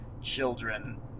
children